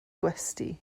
gwesty